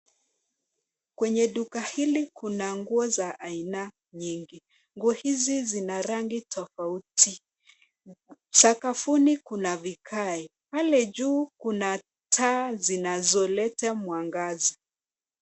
Kwenye duka hiil kuna nguo za aina nyingi. Nguo hizi zina rangi tofauti. Sakafuni kuna vigae. Pale juu kuna taa zinazoleta mwangaza.